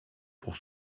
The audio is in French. pour